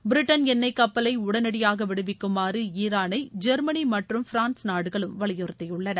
Britain எண்ணெய் கப்பலை உடனடியாக விடுவிக்குமாறு ஈரானை ஜெர்மனி மற்றும் பிரான்ஸ் நாடுகளும் வலியுறுத்தியுள்ளன